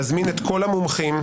נזמין את כל המומחים,